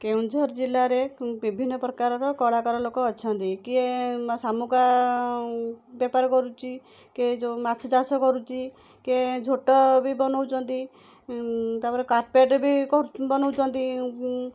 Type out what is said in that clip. କେଉଁଝର ଜିଲ୍ଲାରେ ବିଭିନ୍ନ ପ୍ରକାରର କଳାକାର ଲୋକ ଅଛନ୍ତି କିଏ ଶାମୁକା ବେପାର କରୁଛି କିଏ ଯେଉଁ ମାଛ ଚାଷ କରୁଛି କିଏ ଝୋଟ ବି ବନଉଛନ୍ତି ତାପରେ କାର୍ପେଟ ବି କରୁ ବନଉଛନ୍ତି